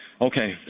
Okay